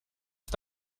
ist